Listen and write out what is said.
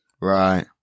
Right